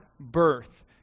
birth